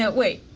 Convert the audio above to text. yeah wait.